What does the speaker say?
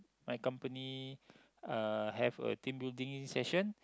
my company uh have a team building session